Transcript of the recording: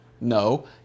No